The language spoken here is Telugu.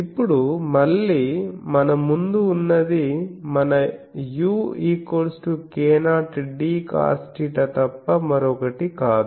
ఇప్పుడు మళ్ళీ మన ముందు ఉన్నది మన uk0d cosθ తప్ప మరొకటి కాదు